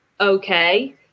okay